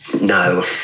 No